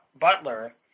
Butler